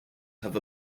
have